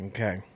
Okay